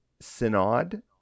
Synod